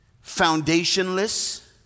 foundationless